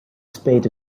spade